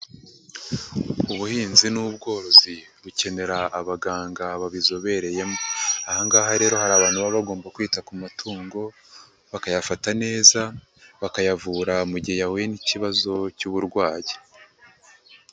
Ubuhinzi n'ubworozi bukenera abaganga babizobereyemo, aha ngaha rero hari abantu baba bagomba kwita ku matungo bakayafata neza bakayavura mu gihe yahuye n'ikibazo cy'uburwayi.